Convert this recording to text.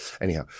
Anyhow